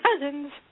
cousins